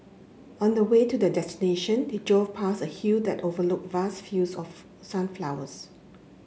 on the way to their destination they drove past a hill that overlooked vast fields of sunflowers